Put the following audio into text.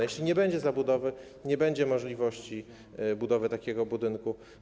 Jeśli nie będzie zabudowy, nie będzie możliwości budowy takiego budynku.